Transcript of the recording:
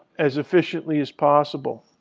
as efficiently as possible.